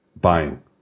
buying